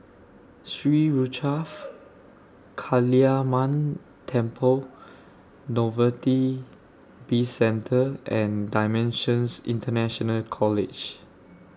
Sri Kaliamman Temple Novelty Bizcentre and DImensions International College